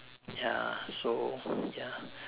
ya so ya